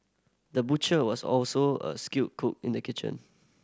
the butcher was also a skilled cook in the kitchen